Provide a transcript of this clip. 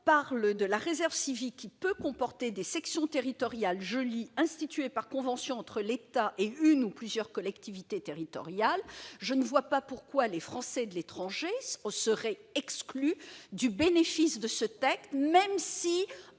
que la réserve civique « peut comporter des sections territoriales instituées par convention entre l'État et une ou plusieurs collectivités territoriales ». Je ne vois pas pourquoi les Français de l'étranger seraient exclus du bénéfice de cet article, même si,